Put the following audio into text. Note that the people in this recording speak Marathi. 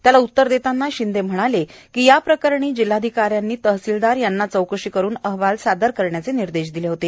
त्याला उत्तर देताना शिंदे म्हणाले या प्रकरणी जिल्हाधिकाऱ्यांनी तहसिलदार यांना चौकशी करुन अहवाल सादर करण्याचे निर्देश दिले होते